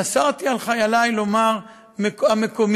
אסרתי על חיילי לומר "המקומי".